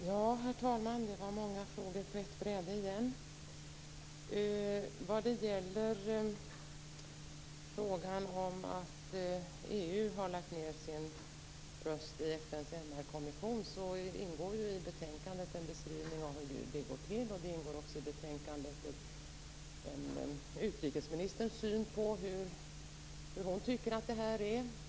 Herr talman! Det var många frågor på ett bräde igen. Det ingår i betänkandet en beskrivning av hur det går till när EU lägger ned sin röst i FN:s MR kommission. Utrikesministerns syn på detta ingår också i betänkandet.